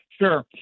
Sure